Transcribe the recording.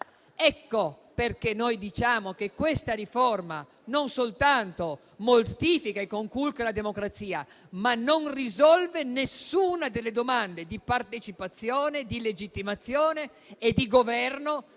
Ecco perché noi diciamo che questa riforma non soltanto mortifica e conculca la democrazia, ma non risolve nessuna delle domande di partecipazione, di legittimazione e di governo,